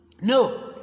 No